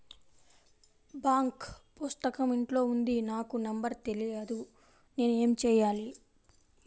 Bank పుస్తకం ఇంట్లో ఉంది నాకు నంబర్ తెలియదు నేను ఏమి చెయ్యాలి?